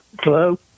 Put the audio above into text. Hello